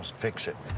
fix it.